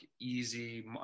easy